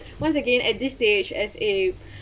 once again at this stage as a